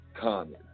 Common